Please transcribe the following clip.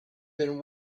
been